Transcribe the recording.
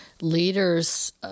leaders